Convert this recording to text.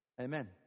Amen